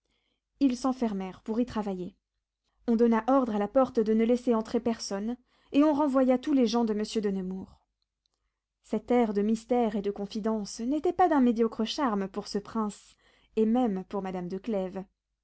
ils s'enfermèrent pour y travailler on donna ordre à la porte de ne laisser entrer personne et on renvoya tous les gens de monsieur de nemours cet air de mystère et de confidence n'était pas d'un médiocre charme pour ce prince et même pour madame